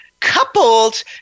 Coupled